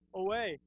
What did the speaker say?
away